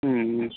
ம் ம்